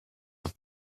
have